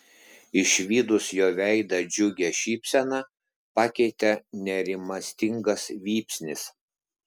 išvydus jo veidą džiugią šypseną pakeitė nerimastingas vypsnis